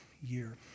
year